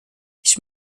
ich